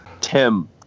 Tim